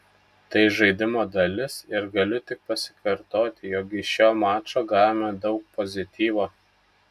tai žaidimo dalis ir galiu tik pasikartoti jog iš šio mačo gavome daug pozityvo